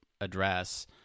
address